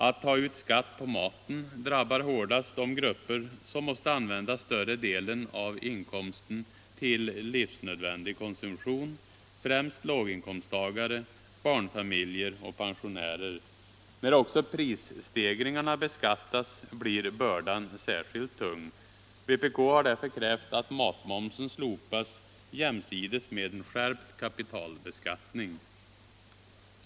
Att ta ut skatt på maten drabbar hårdast de grupper som måste använda större delen av inkomsten till livsnödvändig konsumtion, främst låginkomsttagare, barnfamiljer och pensionärer. När också prisstegringarna beskattas blir bördan särskilt tung. Vpk har därför krävt att matmomsen skall slopas, samtidigt som vi kräver en skärpt kapitalbeskattning.